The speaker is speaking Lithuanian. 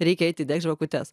reikia eiti degt žvakutes